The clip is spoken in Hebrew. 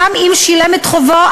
גם אם שילם את חובו,